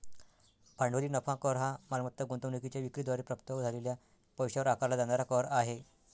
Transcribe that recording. भांडवली नफा कर हा मालमत्ता गुंतवणूकीच्या विक्री द्वारे प्राप्त झालेल्या पैशावर आकारला जाणारा कर आहे